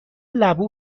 لبو